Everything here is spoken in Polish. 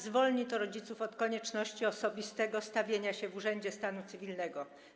Zwolni to rodziców od konieczności osobistego stawienia się w urzędzie stanu cywilnego.